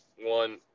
one